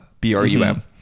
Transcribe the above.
B-R-U-M